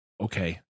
okay